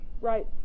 right